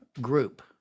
group